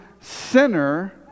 sinner